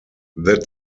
that